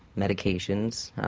medications,